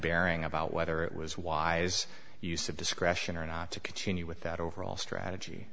bearing about whether it was wise use of discretion or not to continue with that overall strategy